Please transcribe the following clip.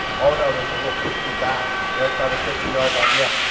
oh no there was a little push in the back. right by the fifty yard line, yeah.